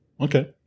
Okay